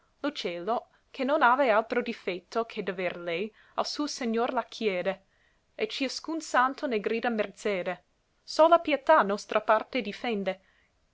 lo cielo che non have altro difetto che d'aver lei al suo segnor la chiede e ciascun santo ne grida merzede sola pietà nostra parte difende